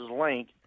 link